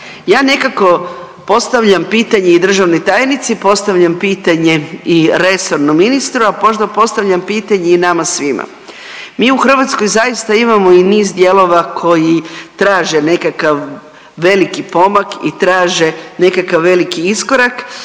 Ja nekako postavljam pitanje i državnoj tajnici, postavljam pitanje i resornom ministru, a možda postavljam pitanje i nama svima. Mi u Hrvatskoj zaista imamo i niz dijelova koji traže nekakav veliki pomak i traže nekakav veliki iskorak